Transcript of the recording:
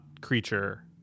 creature